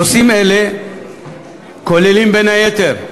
נושאים אלה כוללים, בין היתר: